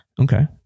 Okay